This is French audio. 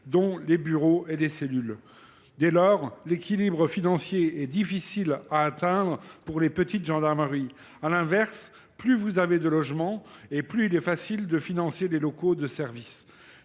dont les bureaux et les cellules. Dès lors, l’équilibre financier s’avère difficile à atteindre pour les petites gendarmeries ; à l’inverse, plus le nombre de logements est élevé, plus il est aisé de financer les locaux de service.